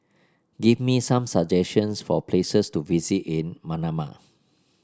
give me some suggestions for places to visit in Manama